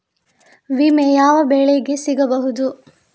ವಿಮೆ ಯಾವ ಬೆಳೆಗೆ ಸಿಗಬಹುದು?